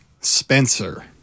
Spencer